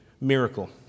miracle